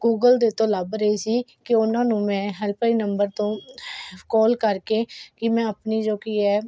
Google ਦੇ ਤੋਂ ਲੱਭ ਰਹੀ ਸੀ ਕਿ ਉਹਨਾਂ ਨੂੰ ਮੈਂ ਹੈਲਪਲਾਈਨ ਨੰਬਰ ਤੋਂ ਕਾਲ ਕਰਕੇ ਕਿ ਮੈਂ ਆਪਣੀ ਜੋ ਕੀ ਹੈ